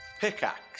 Pickaxe